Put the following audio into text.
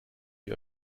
die